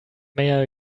may